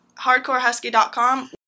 hardcorehusky.com